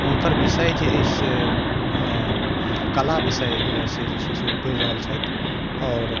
हुनकर विषय जे अछि से कला विषय से जे छै से ओ पढ़ि रहल छथि आओर